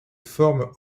forme